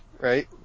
right